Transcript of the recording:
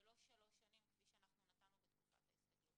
ולא שלוש שנים כפי שנתנו בתקופת ההסתגלות.